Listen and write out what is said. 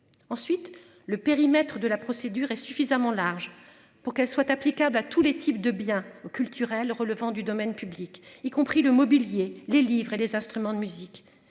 ensuite le périmètre de la procédure est suffisamment large pour qu'elle soit applicable à tous les types de biens culturels relevant du domaine public, y compris le mobilier, les livres et des instruments de musique